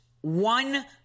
one